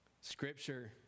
Scripture